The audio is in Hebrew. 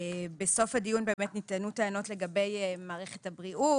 בסוף הדיון נטענו טענות לגבי מערכת הבריאות,